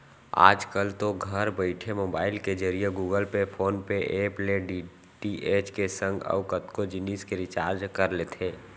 आजकल तो घर बइठे मोबईल के जरिए Google Pay, PhonePe app ले डी.टी.एच के संग अउ कतको जिनिस के रिचार्ज कर लेथे